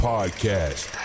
Podcast